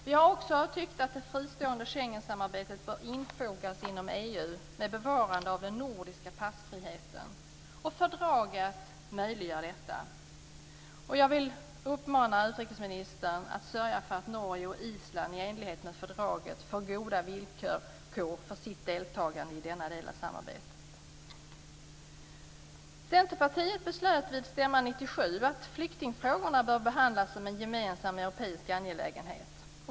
Vi har också tyckt att det fristående Schengensamarbetet bör infogas i EU med bevarande av den nordiska passfriheten. Fördraget möjliggör detta. Jag vill uppmana utrikesministern att sörja för att Norge och Island, i enlighet med fördraget, får goda villkor för sitt deltagande i denna del av samarbetet. Centerpartiet beslöt vid stämman 1997 att flyktingfrågorna bör behandlas som en gemensam europeisk angelägenhet.